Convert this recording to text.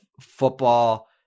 football